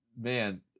Man